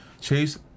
chase